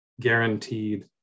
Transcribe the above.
guaranteed